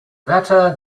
better